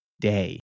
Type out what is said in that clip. day